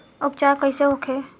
उपचार कईसे होखे?